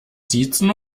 siezen